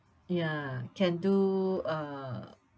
ya can do uh